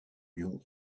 lion